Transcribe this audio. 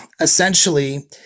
essentially